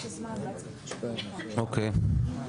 אוקיי.